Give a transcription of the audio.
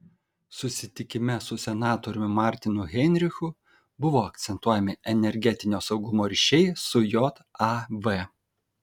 susitikime su senatoriumi martinu heinrichu buvo akcentuojami energetinio saugumo ryšiai su jav